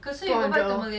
just like that lor